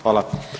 Hvala.